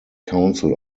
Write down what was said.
council